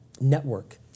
network